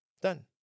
Done